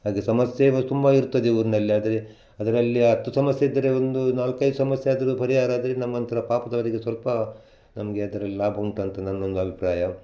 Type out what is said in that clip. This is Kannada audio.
ಹಾಗೇ ಸಮಸ್ಯೆನೂ ತುಂಬ ಇರ್ತದೆ ಊರ್ನಲ್ಲಿ ಆದರೆ ಅದರಲ್ಲಿ ಹತ್ತು ಸಮಸ್ಯೆ ಇದ್ದರೆ ಒಂದು ನಾಲ್ಕೈದು ಸಮಸ್ಯೆ ಆದರೂ ಪರಿಹಾರ ಆದರೆ ನಮ್ಮಂತಹ ಪಾಪದವ್ರಿಗೆ ಸ್ವಲ್ಪ ನಮಗೆ ಅದರಲ್ಲಿ ಲಾಭ ಉಂಟು ಅಂತ ನಂದೊಂದು ಅಭಿಪ್ರಾಯ